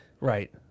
Right